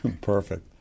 Perfect